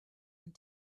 and